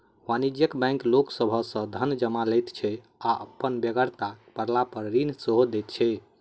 वाणिज्यिक बैंक लोक सभ सॅ धन जमा लैत छै आ बेगरता पड़लापर ऋण सेहो दैत छै